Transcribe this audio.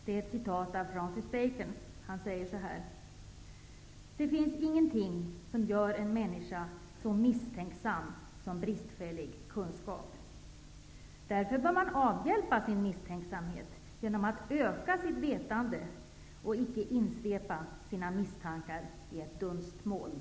Det är ett citat av Francis Bacon: ''Det finns ingenting som gör en människa så misstänksam som bristfällig kunskap. Därför bör man avhjälpa sin misstänksamhet genom att öka sitt vetande och icke insvepa sina misstankar i ett dunstmoln.''